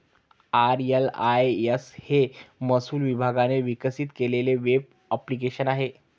RLIS हे महसूल विभागाने विकसित केलेले वेब ॲप्लिकेशन आहे